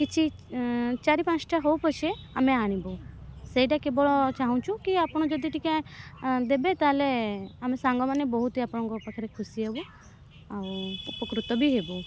କିଛି ଚାରି ପାଞ୍ଚଟା ହେଉ ପଛେ ଆମେ ଆଣିବୁ ସେଇଟା କେବଳ ଚାହୁଁଛୁ କି ଆପଣ ଯଦି ଟିକିଏ ଦେବେ ତାହେଲେ ଆମେ ସାଙ୍ଗମାନେ ବହୁତ ହିଁ ଆପଣଙ୍କ ପାଖରେ ଖୁସି ହେବୁ ଆଉ ଉପକୃତ ବି ହେବୁ